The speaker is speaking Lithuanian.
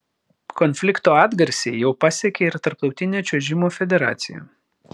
konflikto atgarsiai jau pasiekė ir tarptautinę čiuožimo federaciją